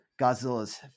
Godzilla's